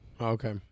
okay